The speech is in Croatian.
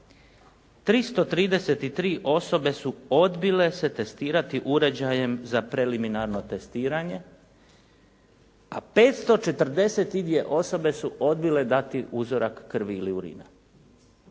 333 osobe su odbile se testirati uređajem za preliminarno testiranje, 542 osobe su odbile dati uzorak krvi ili urina.